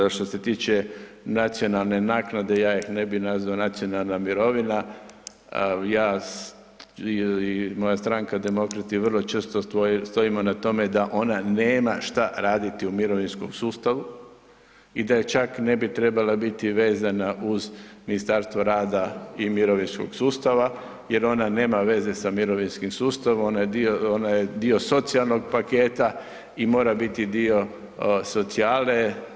Što se tiče nacionalne naknade, ja ih ne bih nazvao nacionalna mirovina, ja i moja stranka Demokrati vrlo često stojimo na tome da ona nema šta raditi u mirovinskom sustavu i da čak ne bi trebala biti vezana uz Ministarstvo rada i mirovinskog sustava jer ona nema veze sa mirovinskim sustavom i ona je dio socijalnog paketa i mora biti dio socijalne.